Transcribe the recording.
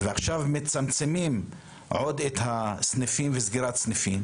ועכשיו מצמצמים עוד את הסניפים ויש סגירת סניפים,